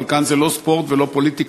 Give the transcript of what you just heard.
אבל כאן זה לא ספורט ולא פוליטיקה,